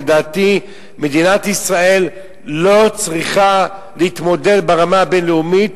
לדעתי מדינת ישראל לא צריכה להתמודד ברמה הבין-לאומית,